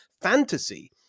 fantasy